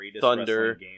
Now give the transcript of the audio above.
Thunder